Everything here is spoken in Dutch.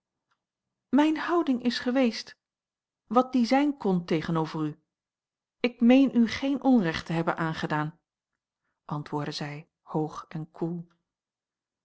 mijne houding is geweest wat die zijn kon tegenover u ik meen u geen onrecht te hebben aangedaan antwoordde zij hoog en koel